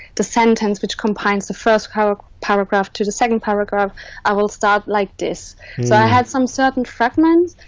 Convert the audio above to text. the sentence which combines the first paragraph to the second paragraph i will start like this so i had some certain fragments